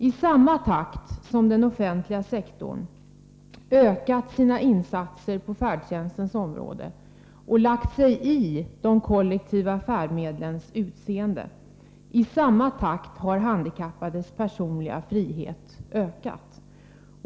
I samma takt som den offentliga sektorn har ökat sina insatser på färdtjänstens område och vidtagit åtgärder som berört de kollektiva färdmedlen, har handikappades personliga frihet ökat.